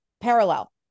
parallel